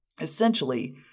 Essentially